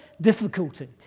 Difficulty